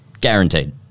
guaranteed